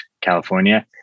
California